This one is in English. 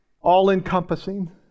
all-encompassing